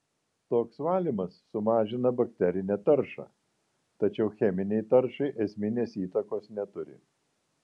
toks valymas sumažina bakterinę taršą tačiau cheminei taršai esminės įtakos neturi